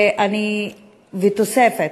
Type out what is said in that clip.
ותוספת.